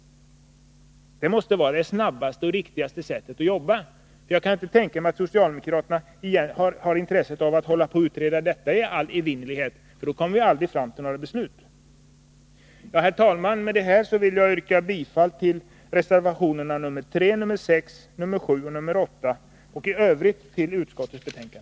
Det måste vara det snabbaste och riktigaste sättet att arbeta. Jag kan inte tänka mig att socialdemokraterna har intresse av att hålla på att utreda detta i all evighet. Vi kommer på det sättet aldrig fram till några beslut. Herr talman! Med detta vill jag yrka bifall till reservationerna 3, 6, 7, 8 och i övrigt till utskottets hemställan.